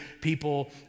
people